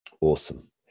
Awesome